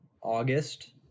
August